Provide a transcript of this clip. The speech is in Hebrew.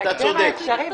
אתה צודק.